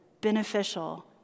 beneficial